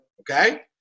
okay